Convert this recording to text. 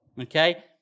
Okay